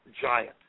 giant